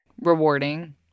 Rewarding